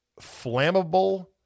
flammable